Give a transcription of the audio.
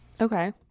Okay